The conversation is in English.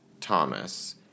Thomas